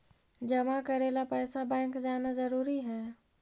जमा करे ला पैसा बैंक जाना जरूरी है?